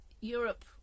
Europe